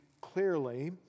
clearly